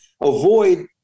Avoid